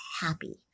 happy